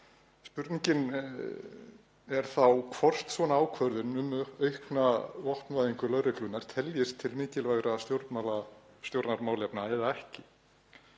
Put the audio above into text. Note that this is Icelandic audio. Spurningin er þá hvort svona ákvörðun um aukna vopnvæðingu lögreglunnar teljist til mikilvægra stjórnarmálefna eða ekki.